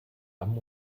haben